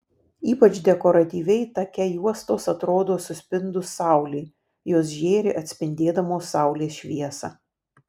ypač dekoratyviai take juostos atrodo suspindus saulei jos žėri atspindėdamos saulės šviesą